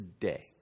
today